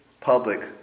public